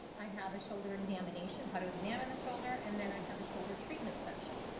i have a shoulder examination, how to examine the shoulder. and then i have a shoulder treatment section.